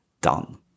done